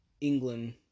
england